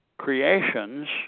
Creations